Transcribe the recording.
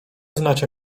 znacie